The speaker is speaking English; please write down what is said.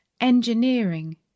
engineering